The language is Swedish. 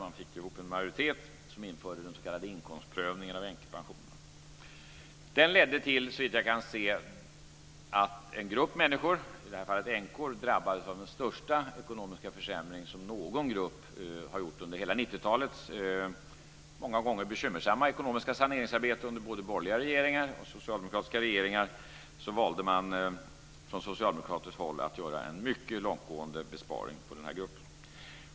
Man fick ihop en majoritet som införde den s.k. inkomstprövningen av änkepensionerna. Den ledde till, såvitt jag kan se, att en grupp människor, i det här fallet änkor, drabbades av den största ekonomiska försämring som någon grupp har drabbats av under hela 90-talets många gånger bekymmersamma ekonomiska saneringsarbete av både borgerliga regeringar och socialdemokratiska regeringar. Man valde från socialdemokratiskt håll att göra en mycket långtgående besparing för den här gruppen.